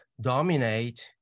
dominate